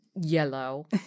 Yellow